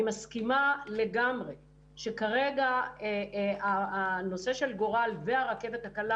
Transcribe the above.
אני מסכימה לגמרי הנושא של גורל והרכבת הקלה